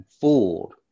fooled